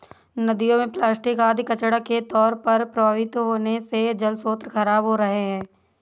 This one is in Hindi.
नदियों में प्लास्टिक आदि कचड़ा के तौर पर प्रवाहित होने से जलस्रोत खराब हो रहे हैं